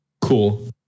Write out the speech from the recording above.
Cool